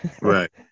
right